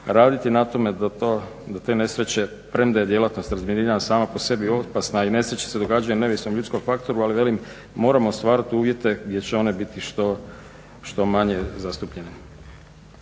raditi na tome da te nesreće premda je djelatnost razminiranja sama po sebi opasna i nesreće se događaju neovisno o ljudskom faktoru ali velim moramo stvarati uvjete gdje će one biti što manje zastupljene.